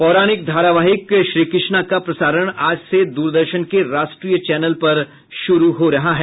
पौराणिक धारावाहिक श्री कृष्णा का प्रसारण द्रदर्शन के राष्ट्रीय चैनल पर शुरू हो रहा है